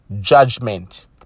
judgment